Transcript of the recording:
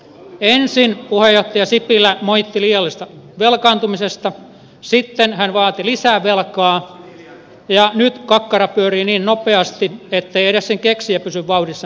ensin puheenjohtaja sipilä moitti liiallisesta velkaantumisesta sitten hän vaati lisää velkaa ja nyt kakkara pyörii niin nopeasti ettei edes sen keksijä pysy vauhdissa mukana